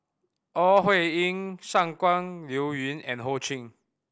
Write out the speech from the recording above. Ore Huiying Shangguan Liuyun and Ho Ching